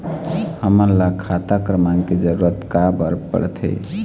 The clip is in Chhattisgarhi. हमन ला खाता क्रमांक के जरूरत का बर पड़थे?